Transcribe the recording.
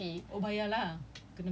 um room punya fee